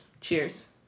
Cheers